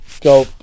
Go